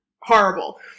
horrible